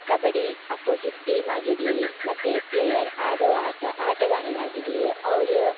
kabaddi opposite team ಆಗಿರಲಿ ಮತ್ತು player ಆಡೋ ಆಟ ಆಟಗಾರರಾಗಿರಲಿ ಅವರ